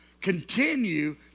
Continue